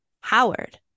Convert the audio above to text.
Howard